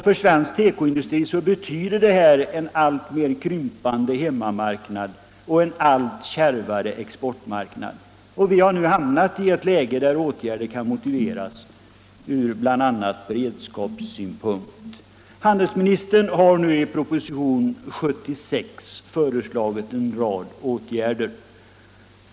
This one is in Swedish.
För svensk tekoindustri betyder detta en mer och mer krympande hemmamarknad och en allt kärvare exportmarknad, och vi har hamnat i ett läge där åtgärder kan motiveras ur bl.a. beredskapssynpunkt. Handelsministern har nu i propositionen 1975/76:57 föreslagit en rad åtgärder.